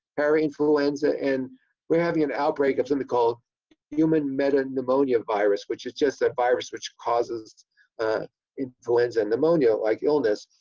parainfluenza, and we're having an outbreak of something called human meta pneumonia virus. which is just the virus which causes influenza and pneumonia like illness.